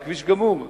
והכביש גמור,